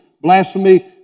blasphemy